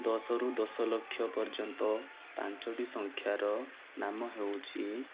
ଦଶ ରୁ ଦଶ ଲକ୍ଷ ପର୍ଯ୍ୟନ୍ତ ପାଞ୍ଚୋଟି ସଂଖ୍ୟାର ନାମ ହେଉଛି